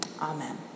Amen